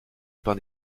pain